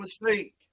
mistake